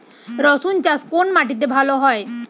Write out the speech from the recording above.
রুসুন চাষ কোন মাটিতে ভালো হয়?